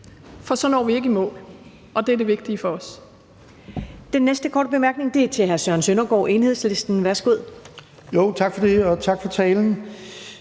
for så når vi ikke i mål, og det er det vigtige for os.